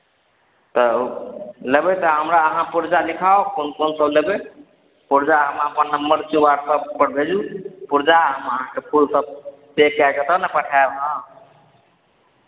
तऽ लेबै तऽ हमरा अहाँ पुर्जा लिखाउ कोन कोनसभ लेबै पुर्जा हम अपन नम्बरके व्हाट्सपपर भेजू पुर्जा हम अहाँकेँ फूलसभ पे कए कऽ तब ने पठायब हम